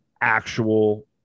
actual